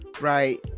Right